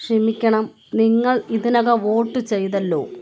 ക്ഷമിക്കണം നിങ്ങൾ ഇതിനകം വോട്ട് ചെയ്തല്ലോ